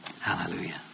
Hallelujah